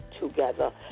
together